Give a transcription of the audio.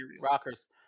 Rockers